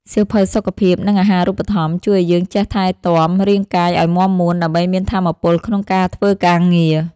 សៀវភៅសុខភាព និងអាហារូបត្ថម្ភ ជួយឱ្យយើងចេះថែទាំរាងកាយឱ្យមាំមួន ដើម្បីមានថាមពលក្នុងការធ្វើការងារ។